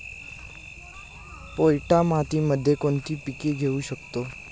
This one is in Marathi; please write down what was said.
पोयटा मातीमध्ये कोणते पीक घेऊ शकतो?